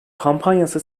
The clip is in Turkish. kampanyası